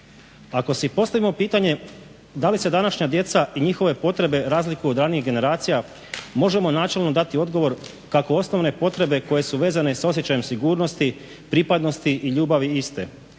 Ako si postavimo pitanje da li se današnja djeca i njihove potrebe razlikuju od ranijih generacija možemo načelno dati odgovor kako osnovne potrebe koje su vezane sa osjećajem sigurnosti, pripadnosti i ljubavi iste.